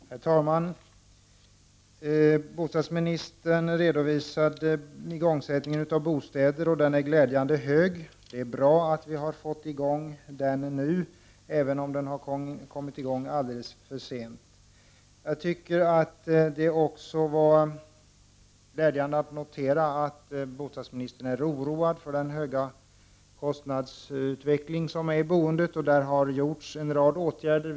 Herr talman! Bostadsministern redovisade det antal bostäder som man börjat bygga — och det talet var glädjande högt. Det är bra att bostadsbyggandet nu har kommit i gång även om det har kommit i gång alldeles för sent. Det var också glädjande att notera att bostadsministern är oroad över den starka kostnadsutveckling som finns när det gäller boendet. Det har vidtagits en rad åtgärder.